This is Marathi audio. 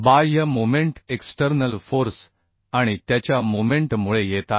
बाह्य मोमेंट एक्स्टर्नल फोर्स आणि त्याच्या मोमेंट मुळे येत आहे